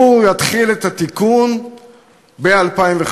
הוא יתחיל את התיקון ב-2015.